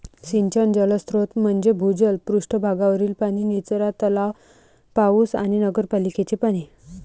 सिंचन जलस्रोत म्हणजे भूजल, पृष्ठ भागावरील पाणी, निचरा तलाव, पाऊस आणि नगरपालिकेचे पाणी